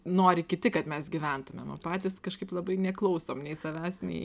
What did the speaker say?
nori kiti kad mes gyventumėm o patys kažkaip labai neklausom nei savęs nei